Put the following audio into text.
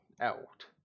out